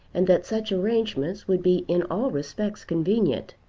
and that such arrangements would be in all respects convenient.